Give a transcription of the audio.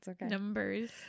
numbers